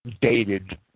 dated